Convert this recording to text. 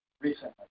recently